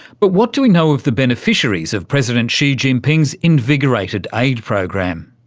but what do we know of the beneficiaries of president xi jinping's invigorated aid program?